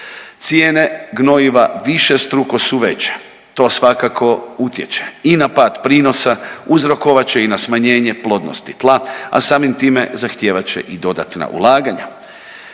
Cijene gnojiva višestruko su veće, to svakako utječe i na pad prinosa, uzrokovat će i na smanjenje plodnosti tla, a samim time zahtijevat će i dodatna ulaganja.